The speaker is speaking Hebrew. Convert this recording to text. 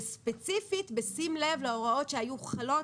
והספציפית בשים לב להוראות שהיו חלות